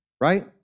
right